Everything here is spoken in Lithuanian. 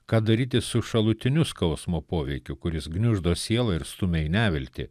ką daryti su šalutiniu skausmo poveikiu kuris gniuždo sielą ir stumia į neviltį